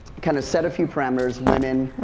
kind of set a few perimeters, women,